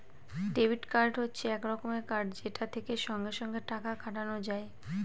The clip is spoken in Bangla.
ডেবিট কার্ড হচ্ছে এক রকমের কার্ড যেটা থেকে সঙ্গে সঙ্গে টাকা কাটানো যায়